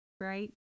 right